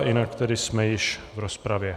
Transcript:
Jinak tedy jsme již v rozpravě.